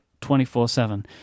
24-7